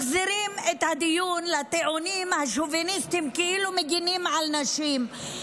מחזירים את הדיון לטיעונים השוביניסטיים כאילו מגינים על נשים.